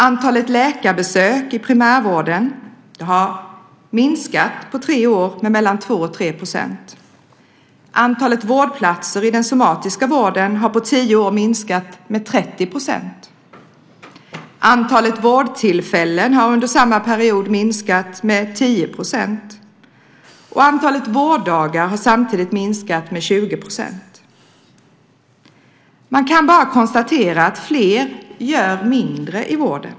Antalet läkarbesök i primärvården har minskat med 2-3 % på tre år. Antalet vårdplatser i den somatiska vården har på tio år minskat med 30 %. Antalet vårdtillfällen har under samma period minskat med 10 %. Antalet vårddagar har samtidigt minskat med 20 %. Man kan bara konstatera att fler gör mindre i vården.